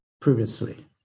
previously